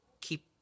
keep